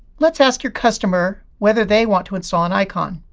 let's ask your customer whether they want to install an icon.